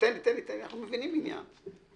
תן לי להמשיך, אנחנו מבינים עניין.